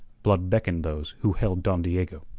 blood beckoned those who held don diego.